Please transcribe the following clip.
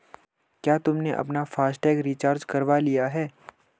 क्या तुमने अपना फास्ट टैग रिचार्ज करवा लिया है?